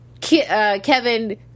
kevin